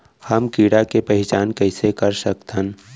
हम कीड़ा के पहिचान कईसे कर सकथन